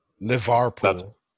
Liverpool